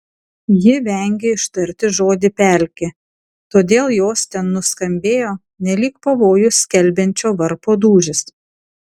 ji vengė ištarti žodį pelkė todėl jos ten nuskambėjo nelyg pavojų skelbiančio varpo dūžis